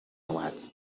اومد